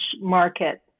market